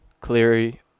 Cleary